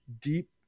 deep